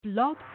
Blog